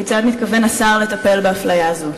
2. כיצד מתכוון השר לטפל באפליה הזאת?